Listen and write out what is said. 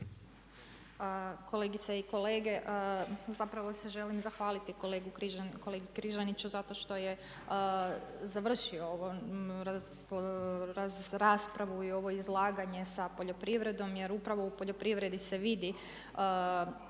kolegice i kolege zapravo se želim zahvaliti kolegi Križaniću zato što je završio ovu raspravu i ovo izlaganje sa poljoprivredom jer upravo u poljoprivredi se vidi